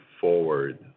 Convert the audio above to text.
forward